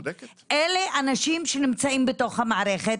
אלה אנשים שנמצאים בתוך המערכת.